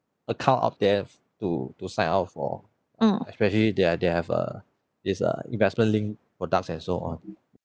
account out there to to sign up for especially there are they have uh is uh investment linked products and so on